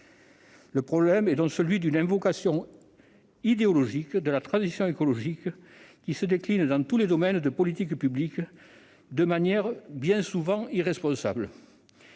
Le problème est donc celui d'une invocation idéologique de la transition écologique, qui se décline dans tous les domaines des politiques publiques, de manière bien souvent irresponsable.